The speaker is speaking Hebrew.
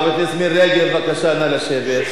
חברת הכנסת מירי רגב, נא לשבת.